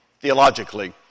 theologically